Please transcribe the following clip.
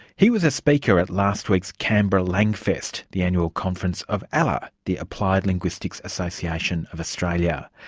he was a speaker at last week's canberra langfest, the annual conference of alaa, the applied linguistics association of australia.